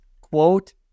quote